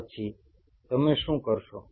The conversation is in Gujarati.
પછી તમે શું કરશો